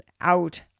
out